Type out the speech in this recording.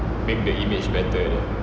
make the image better